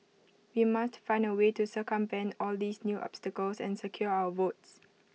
we must find A way to circumvent all these new obstacles and secure our votes